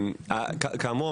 כאמור,